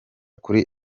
kuri